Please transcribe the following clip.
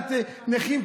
עגלת נכים,